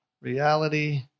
reality